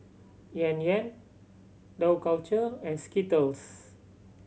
Yan Yan Dough Culture and Skittles